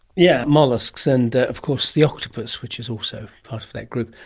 yeah molluscs, and of course the octopus which is also part of that group.